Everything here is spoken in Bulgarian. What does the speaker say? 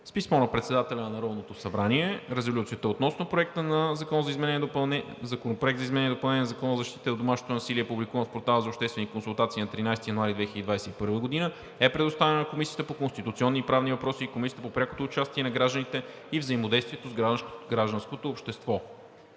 С писмо на председателя на Народното събрание резолюцията относно Проекта на закон за изменение и допълнение на Закона за защита от домашното насилие, публикуван в Портала за обществени консултации на 13 януари 2021 г., е предоставена на Комисията по конституционни и правни въпроси и Комисията за прякото участие на гражданите и взаимодействието с гражданското общество.